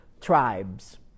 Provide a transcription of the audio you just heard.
tribes